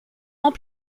ans